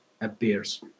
appears